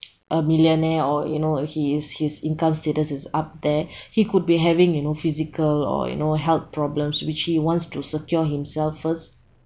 a millionaire or you know he is his income status is up there he could be having you know physical or you know health problems which he wants to secure himself first